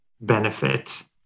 benefit